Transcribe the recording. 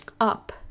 up